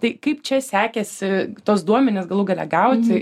tai kaip čia sekėsi tuos duomenis galų gale gauti